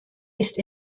ist